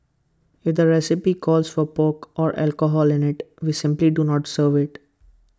if the recipe calls for pork or alcohol in IT we simply do not serve IT